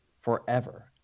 forever